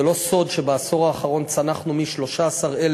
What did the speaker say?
זה לא סוד שבעשור האחרון צנחנו מ-13,000